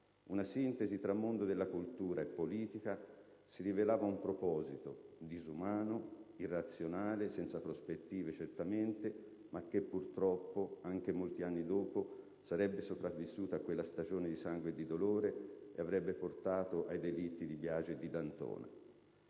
una sintesi tra mondo della cultura e politica, si rivelava un proposito disumano, irrazionale, senza prospettive, certamente, ma che, purtroppo, anche molti anni dopo sarebbe sopravvissuto a quella stagione di sangue e di dolore e avrebbe portato ai delitti di Biagi e di D'Antona.